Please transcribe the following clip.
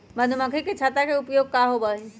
मधुमक्खी के छत्ता के का उपयोग होबा हई?